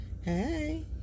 Hey